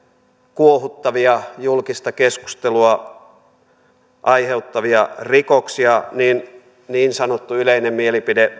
kuohuttavia julkista keskustelua aiheuttavia rikoksia voi niin sanottu yleinen mielipide